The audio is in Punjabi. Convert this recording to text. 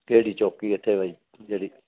ਕਿਹੜੀ ਚੌਕੀ ਇੱਥੇ ਜਿਹੜੀ